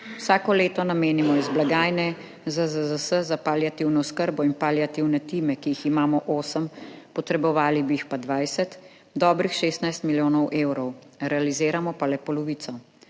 Vsako leto namenimo iz blagajne ZZZS za paliativno oskrbo in paliativne time, ki jih imamo 8, potrebovali bi jih pa 20, dobrih 16 milijonov evrov, realiziramo pa le polovico,